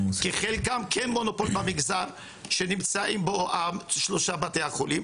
כי חלקן כן מונופול במגזר שנמצאים בו שלושת בתי החולים,